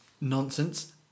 nonsense